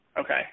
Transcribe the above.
okay